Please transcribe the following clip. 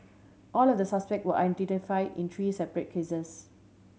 all of the suspect were identify in three separate cases